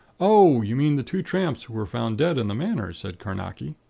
oh, you mean the two tramps who were found dead in the manor, said carnacki.